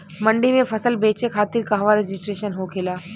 मंडी में फसल बेचे खातिर कहवा रजिस्ट्रेशन होखेला?